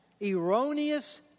erroneous